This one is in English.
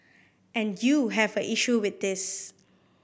and you have an issue with this